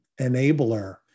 enabler